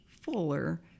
fuller